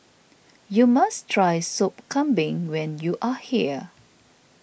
you must try Sop Kambing when you are here